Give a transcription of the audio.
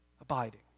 abiding